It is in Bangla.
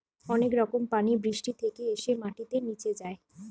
অনেক রকম পানি বৃষ্টি থেকে এসে মাটিতে নিচে যায়